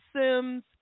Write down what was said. Sims